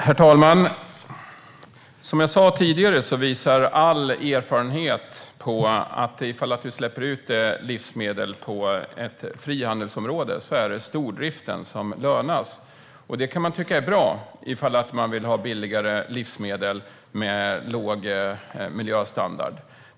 Herr talman! Som jag sa tidigare visar all erfarenhet på att om vi släpper ut livsmedel på ett frihandelsområde är det stordriften som gynnas. Det kan man tycka är bra ifall man vill ha billigare livsmedel med låg miljöstandard.